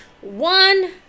one